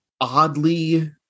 oddly